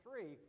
three